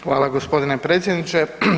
Hvala, g. predsjedniče.